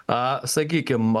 a sakykim